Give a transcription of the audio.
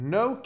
no